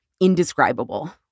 indescribable